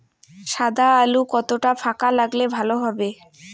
সাদা আলু কতটা ফাকা লাগলে ভালো হবে?